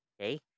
Okay